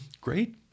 Great